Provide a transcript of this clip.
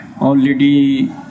already